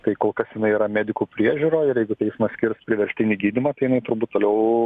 tai kol kas jinai yra medikų priežiūroj ir jeigu teismas skirs priverstinį gydymą tai jinai turbūt toliau